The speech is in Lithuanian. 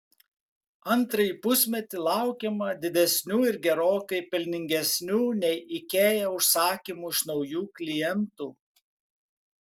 antrąjį pusmetį laukiama didesnių ir gerokai pelningesnių nei ikea užsakymų iš naujų klientų